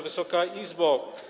Wysoka Izbo!